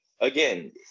Again